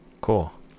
Cool